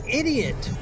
idiot